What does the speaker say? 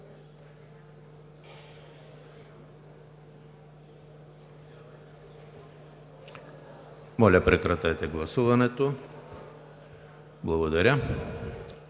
Благодаря